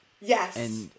Yes